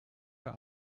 der